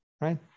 right